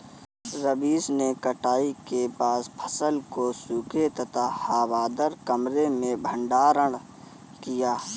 रवीश ने कटाई के बाद फसल को सूखे तथा हवादार कमरे में भंडारण किया